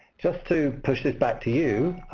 just to push it back to you,